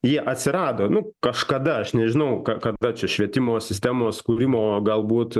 jie atsirado nu kažkada aš nežinau ką kada čia švietimo sistemos kūrimo galbūt